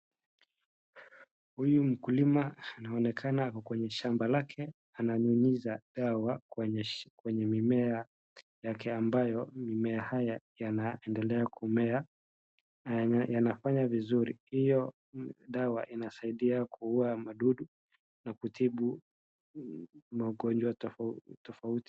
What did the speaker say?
Huyu mkulima anaonekana ako kwenye shamba lake, ananyunyiza dawa kwenye mimea yake ambayo mimea haya yanaendelea kumea. Yanafanya vizuri. Hiyo dawa inasaidia kuua madudu na kutibu magonjwa tofauti tofauti.